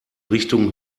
richtung